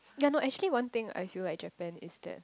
ya no actually one thing I feel like Japan is that